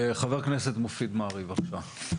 חה"כ מופיד מרעי, בבקשה.